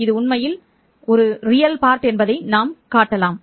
இது உண்மையில் உண்மை என்பதை நாம் காட்டலாம்